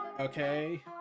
okay